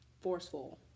forceful